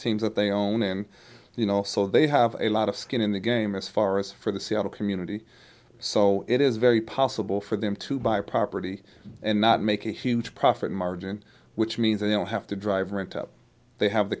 teams that they own and you know so they have a lot of skin in the game as far as for the seattle community so it is very possible for them to buy property and not make a huge profit margin which means they don't have to drive right up they have the